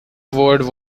word